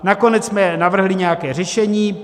Nakonec jsme navrhli nějaké řešení.